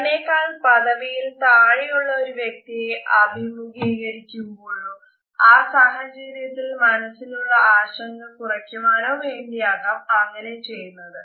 തന്നെക്കാൾ പദവിയിൽ താഴെ ഉള്ള ഒരു വ്യക്തിയെ അഭിമുഖീകരിക്കുമ്പോഴോ ആ സാഹചര്യത്തിൽ മനസിലുള്ള ആശങ്ക കുറയ്ക്കുവാനോ വേണ്ടിയാകാം അങ്ങനെ ചെയുന്നത്